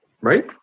right